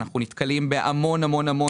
כי אנחנו נתקלים בהמון יועצים.